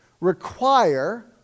require